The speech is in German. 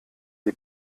die